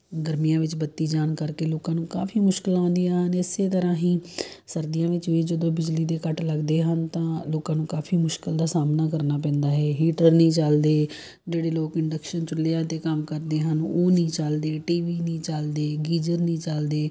ਗਰਮੀਆਂ ਵਿੱਚ ਬੱਤੀ ਜਾਣ ਕਰਕੇ ਲੋਕਾਂ ਨੂੰ ਕਾਫੀ ਮੁਸ਼ਕਿਲਾਂ ਆਉਂਦੀਆਂ ਨੇ ਇਸੇ ਤਰ੍ਹਾਂ ਹੀ ਸਰਦੀਆਂ ਵਿੱਚ ਵੀ ਜਦੋਂ ਬਿਜਲੀ ਦੇ ਕੱਟ ਲੱਗਦੇ ਹਨ ਤਾਂ ਲੋਕਾਂ ਨੂੰ ਕਾਫੀ ਮੁਸ਼ਕਿਲ ਦਾ ਸਾਹਮਣਾ ਕਰਨਾ ਪੈਂਦਾ ਹੈ ਹੀਟਰ ਨਹੀਂ ਚੱਲਦੇ ਜਿਹੜੇ ਲੋਕ ਇੰਡਕਸ਼ਨ ਚੁੱਲ੍ਹਿਆਂ 'ਤੇ ਕੰਮ ਕਰਦੇ ਹਨ ਉਹ ਨਹੀਂ ਚੱਲਦੀ ਟੀ ਵੀ ਨਹੀਂ ਚਲਦੇ ਗੀਜਰ ਨਹੀਂ ਚੱਲਦੇ